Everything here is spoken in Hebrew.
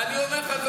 ואני אומר לך,